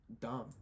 dumb